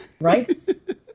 right